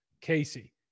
Casey